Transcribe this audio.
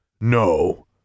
No